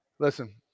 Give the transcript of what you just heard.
Listen